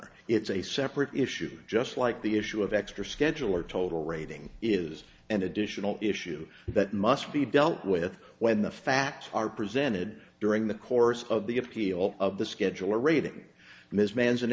honor it's a separate issue just like the issue of extra schedule or total rating is an additional issue that must be dealt with when the facts are presented during the course of the appeal of the scheduler rating ms man